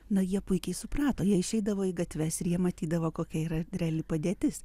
na jie puikiai suprato jie išeidavo į gatves ir jie matydavo kokia yra reali padėtis